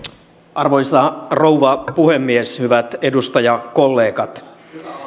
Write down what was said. arvoisa rouva puhemies hyvät edustajakollegat